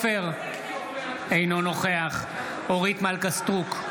אינו נוכח אורית מלכה סטרוק,